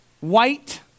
white